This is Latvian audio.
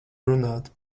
runāt